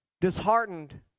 Disheartened